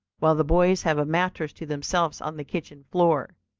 while the boys have a mattress to themselves on the kitchen floor.